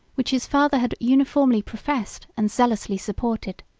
which his father had uniformly professed, and zealously supported.